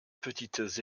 petites